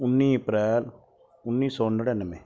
ਉੱਨੀ ਅਪ੍ਰੈਲ ਉੱਨੀ ਸੌ ਨੜਿਨਵੇਂ